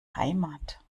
heimat